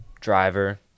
driver